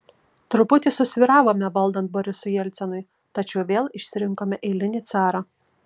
truputį susvyravome valdant borisui jelcinui tačiau vėl išsirinkome eilinį carą